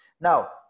Now